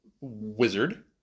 wizard